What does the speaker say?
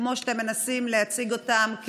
כמו שאתם מנסים להציג אותם,